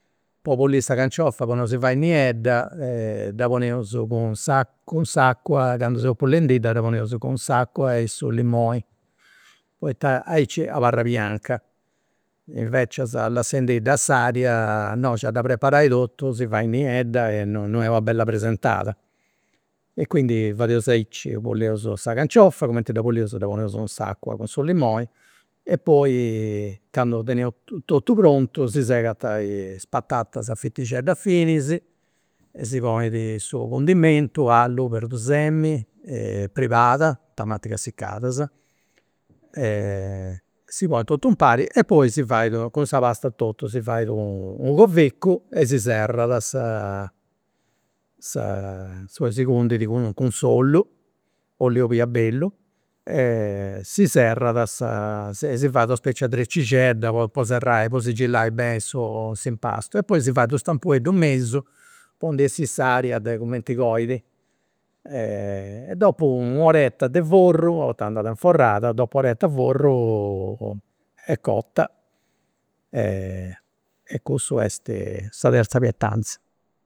Po pulìri sa canciofa po non si fai niedda dda poneus cun cun s'acua, candu seus pulendidda dda poneus cun s'acua e su limoni, poita diaici abarrat bianca, invecias lassendidda a s'aria de noxi a dda preparai totu si fait niedda e non è non est una bella presentada. E quindi fadeus aici, puleus sa canciofa cumenti dda puleus dda poneus in s'acua cun su limoni e poi candu teneus totu prontu si segant is patatas a fitixeddas finis e si ponit su condimentu, allu perdusemini, pribada, tamatigas siccadas, si ponit totu impari e poi si fait cun sa pasta a totu si fait u' covecu e si serrat sa si cundit cun s'ollu, oll'e olia bellu, e si serrat, si fait una speci'e trecixedda po po serrai po sigillai beni s'impastu, e poi si fait u' stampueddu in mesu po ndi 'essì s'aria de cumenti coit. e dopu u'oretta de forru, poita andat inforrada, dopu u'orett'e forru est cotta e cussu est sa terza pietanza